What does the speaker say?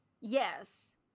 Yes